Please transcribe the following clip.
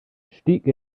stieg